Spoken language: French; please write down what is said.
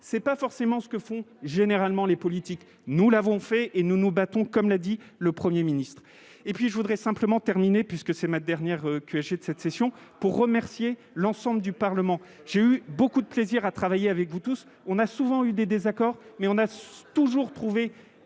c'est pas forcément ce que font généralement les politiques, nous l'avons fait et nous nous battons, comme l'a dit le 1er ministre et puis je voudrais simplement terminer puisque c'est ma dernière de cette session, pour remercier l'ensemble du Parlement, j'ai eu beaucoup de plaisir à travailler avec vous tous, on a souvent eu des désaccords, mais on a toujours trouvé